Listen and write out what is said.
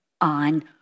on